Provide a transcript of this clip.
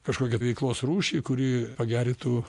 kažkokią veiklos rūšį kuri pageritų